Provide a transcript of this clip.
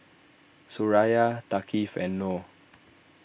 Suraya Thaqif and Noh